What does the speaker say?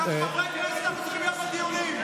האם הסדרנים אפשרו לכולם להיכנס, למי שרצה?